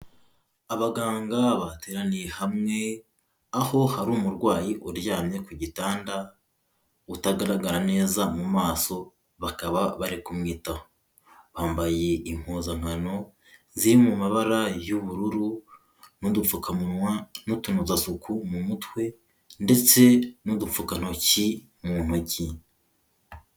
Abaganga bateraniye hamwe, aho hari umurwayi uryamye ku gitanda utagaragara neza mu maso, bakaba bari kumwitaho, bambaye impuzankano ziri mu mabara y'ubururu n'udupfukamunwa n'utunozasuku mu mutwe ndetse n'udupfukantoki mu ntoki.